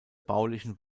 baulichen